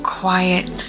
quiet